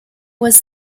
was